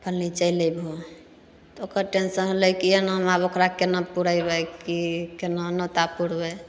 फल्लाँ चलि अइबहो तऽ ओकर टेन्शन होलय की एनामे आब ओकरा केना पुरेबय की केना नोता पुरबय